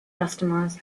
customers